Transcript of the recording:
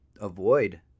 avoid